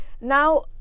now